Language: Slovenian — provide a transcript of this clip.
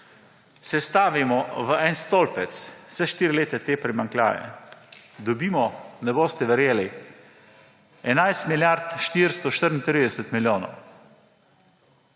sestavimo v en stolpec, vsa štiri leta, te primanjkljaje, dobimo, ne boste verjeli, 11 milijard 434 milijonov.